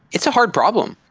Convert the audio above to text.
it's a hard problem.